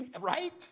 Right